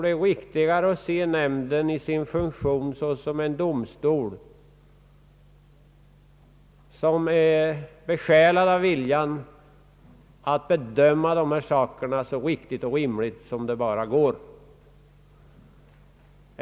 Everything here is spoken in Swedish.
Det är riktigare att se nämnden i sin funktion såsom en domstol som är besjälad av viljan att bedöma dessa frågor så riktigt och rimligt som det bara går att göra.